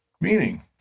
Meaning